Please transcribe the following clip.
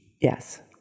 Yes